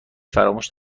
فراموش